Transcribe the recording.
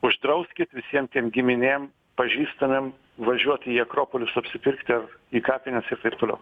uždrauskit visiem tiem giminėm pažįstamiem važiuot į akropolius apsipirktiar į kapines ir taip toliau